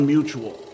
Mutual